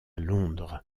londres